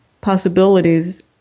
possibilities